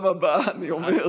אני מתנצל.